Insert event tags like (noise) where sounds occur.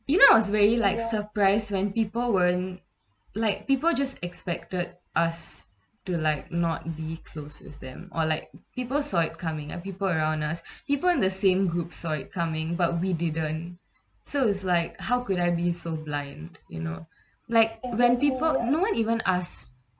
even I was very like surprised when people weren't like people just expected us to like not be close with them or like people saw it coming and people around us (breath) people in the same group saw it coming but we didn't so it's like how could I be so blind you know like when people know it even us